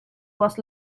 was